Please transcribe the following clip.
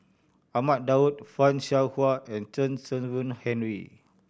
Ahmad Daud Fan Shao Hua and Chen Kezhan Henri